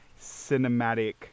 cinematic